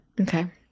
okay